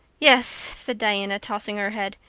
yes, said diana, tossing her head,